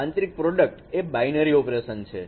જેથી આંતરિક પ્રોડક્ટ એ બાયનરી ઓપરેશન છે